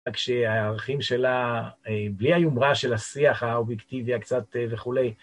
כשהערכים שלה, בלי היומרה של השיח האובייקטיבי הקצת וכולי.